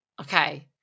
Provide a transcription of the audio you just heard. Okay